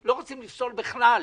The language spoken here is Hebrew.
אנחנו לא רוצים לפסול בכלל,